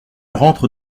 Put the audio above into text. rentre